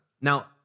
Now